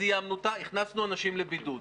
סיימנו אותה, הכנסנו אנשים לבידוד.